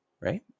right